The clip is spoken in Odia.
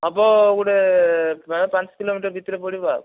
ହେବ ଗୋଟେ ମାନେ ପାଞ୍ଚ କିଲୋମିଟର୍ ଭିତରେ ପଡ଼ିବ ଆଉ